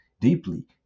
deeply